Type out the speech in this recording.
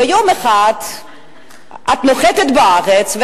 יום אחד את נוחתת בארץ.